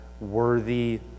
worthy